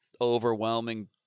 overwhelming